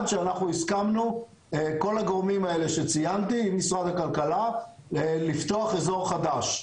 שאנחנו הסכמנו כל הגורמים האלה שציינתי עם משרד הכלכלה לפתוח אזור חדש.